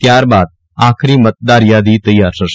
ત્યારબાદ આખરી મતદાર યાદી તૈયાર થશે